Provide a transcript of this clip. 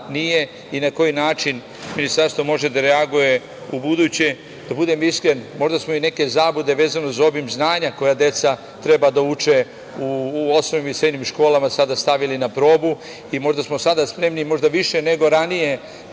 i na koji način ministarstvo može da reaguje u buduće. Da budem iskren, možda smo i neke zablude vezano za obim znanja koja deca treba da uče u osnovnim i srednjim školama, sada stavili na probu i možda smo sada spremni više nego ranije